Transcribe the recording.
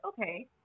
okay